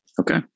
Okay